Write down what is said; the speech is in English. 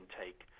take